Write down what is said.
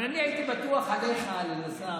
אבל אני הייתי בטוח עליך, אלעזר,